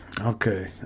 Okay